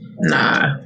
Nah